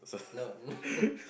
no